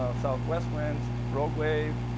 ah southwest winds, rogue wave.